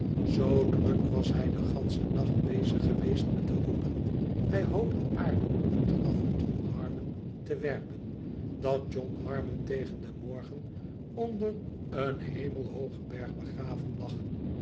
zoo druk was hij den ganschen nacht bezig geweest met hoopen bij hoopen aarde op het graf van john harmon te werpen dat john harmon tegen den morgen onder een hemelhoogen berg begraven lag